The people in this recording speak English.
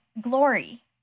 glory